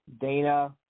Dana